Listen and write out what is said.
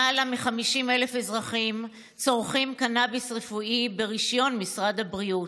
למעלה מ-50,000 אזרחים צורכים קנביס רפואי ברישיון משרד הבריאות,